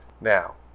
Now